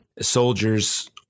soldiers